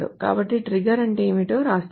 కాబట్టి ట్రిగ్గర్ అంటే ఏమిటో వ్రాస్తాను